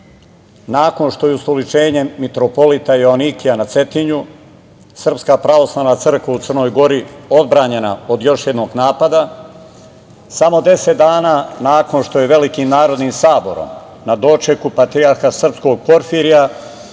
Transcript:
nakon što je ustoličenjem mitropolita Joanikija na Cetinju Srpska pravoslavna crkva u Crnoj Gori odbranjena od još jednog napada, samo deset dana nakon što je velikim narodnim saborom na dočeku patrijarha srpskog Porfirija